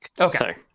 Okay